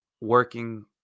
working